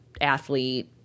athlete